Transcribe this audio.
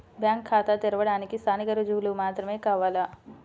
Bank ఖాతా తెరవడానికి స్థానిక రుజువులు మాత్రమే కావాలా?